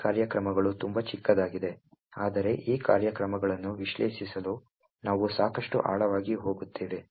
ಈ ಕಾರ್ಯಕ್ರಮಗಳು ತುಂಬಾ ಚಿಕ್ಕದಾಗಿದೆ ಆದರೆ ಈ ಕಾರ್ಯಕ್ರಮಗಳನ್ನು ವಿಶ್ಲೇಷಿಸಲು ನಾವು ಸಾಕಷ್ಟು ಆಳವಾಗಿ ಹೋಗುತ್ತೇವೆ